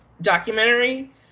documentary